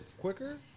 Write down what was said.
quicker